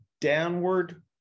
downward